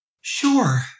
Sure